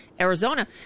Arizona